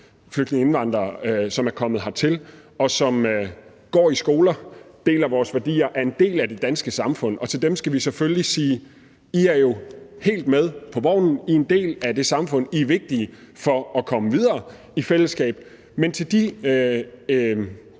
flygtninge og indvandrere, som er kommet hertil, og som går i skole og deler vores værdier og er en del af det danske samfund, og til dem skal vi selvfølgelig sige: I er jo helt med på vognen, I er en del af samfundet, I er vigtige for at komme videre i fællesskab. Men med